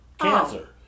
Cancer